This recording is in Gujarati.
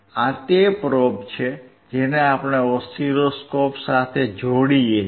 આ તે પ્રોબ છે જેને આપણે ઓસિલોસ્કોપ સાથે જોડીએ છીએ